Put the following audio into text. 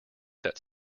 that